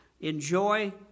enjoy